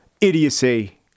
idiocy